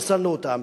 פסלנו אותם.